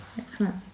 Excellent